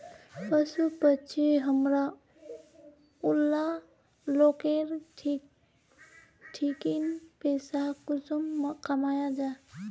पशु पक्षी हमरा ऊला लोकेर ठिकिन पैसा कुंसम कमाया जा?